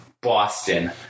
Boston